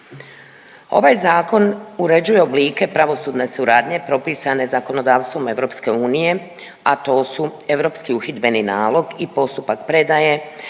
Ovaj zakon uređuje oblike pravosudne suradnje propisane zakonodavstvom EU, a to su europski uhidbeni nalog i postupak predaje,